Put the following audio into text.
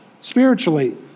spiritually